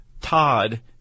Todd